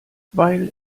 weil